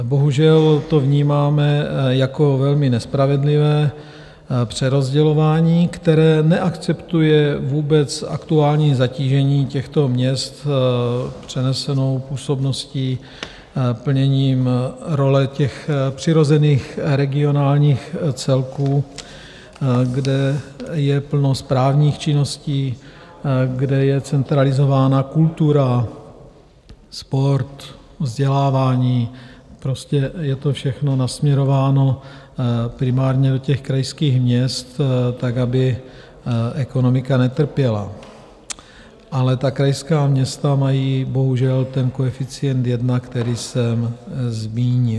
Bohužel to vnímáme jako velmi nespravedlivé přerozdělování, které neakceptuje vůbec aktuální zatížení těchto měst s přenesenou působností plněním role přirozených regionálních celků, kde je plno správních činností, kde je centralizována kultura, sport, vzdělávání, prostě je to všechno nasměrováno primárně do těch krajských měst tak, aby ekonomika netrpěla, ale ta krajská města mají bohužel koeficient 1, který jsem zmínil.